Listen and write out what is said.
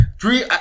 three